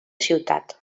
ciutat